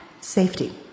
safety